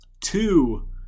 two